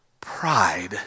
pride